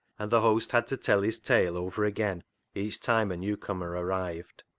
and the host had to tell his tale over again each time a newcomer arrived.